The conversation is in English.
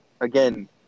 again